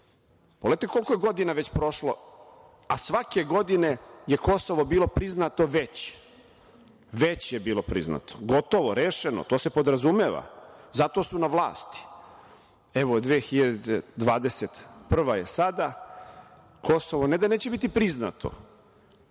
koliko je godina već prošlo, a svake godine je Kosovo bilo priznato već. Već je bilo priznato, gotovo, rešeno. To se podrazumeva. Zato su na vlasti, evo 2021. godina je sada, Kosovo ne da neće biti priznato,